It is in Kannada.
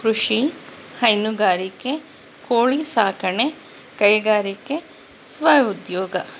ಕೃಷಿ ಹೈನುಗಾರಿಕೆ ಕೋಳಿ ಸಾಕಣೆ ಕೈಗಾರಿಕೆ ಸ್ವಉದ್ಯೋಗ